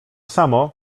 samo